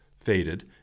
faded